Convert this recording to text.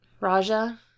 Raja